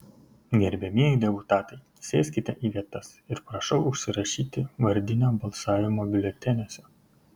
gerbiamieji deputatai sėskite į vietas ir prašau užsirašyti vardinio balsavimo biuleteniuose